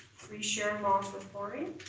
three shared bonds with fluorine.